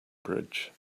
bridge